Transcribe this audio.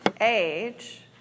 age